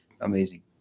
amazing